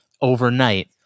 overnight